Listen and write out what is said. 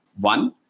One